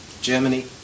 Germany